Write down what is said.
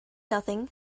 nothing